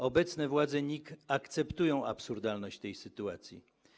Obecne władze NIK akceptują absurdalność tej sytuacji.